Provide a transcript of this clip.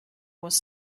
was